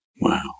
Wow